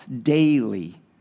daily